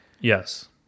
Yes